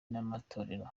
n’amatorero